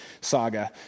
saga